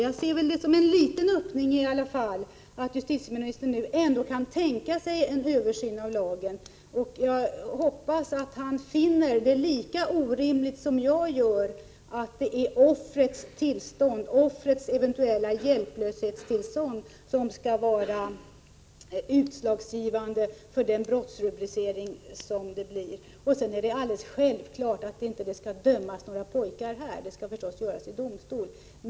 Jag ser det som en liten öppning i alla fall att justitieministern kan tänka sig en översyn av lagen, och jag hoppas att han finner det lika orimligt som jag gör att det är offrets eventuella hjälplöshetstillstånd som skall vara utslagsgivande för brottrubriceringen. Det är alldeles självklart att det inte skall dömas några pojkar här. Det skall förstås göras i domstol.